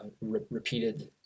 repeated